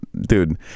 dude